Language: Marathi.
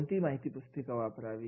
कोणती माहिती पुस्तिका वापरावी